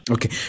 Okay